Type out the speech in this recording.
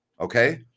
Okay